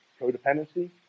codependency